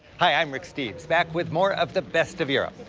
hi, i'm rick steves, back with more of the best of europe.